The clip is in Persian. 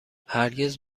هرگز